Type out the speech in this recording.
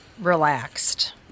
relaxed